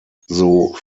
farblos